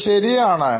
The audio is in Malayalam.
അത് ശരിയാണ്